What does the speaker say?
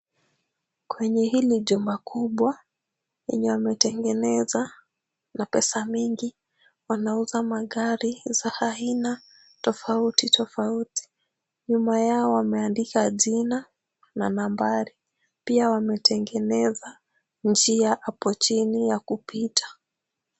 Kwenye hili jumba kubwa lenye wametengeneza na pesa mingi, wanauza magari za aina tofauti tofauti, nyuma yao wameandika jina na nambari, pia wametengeneza njia hapo chini ya kupita.